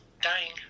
dying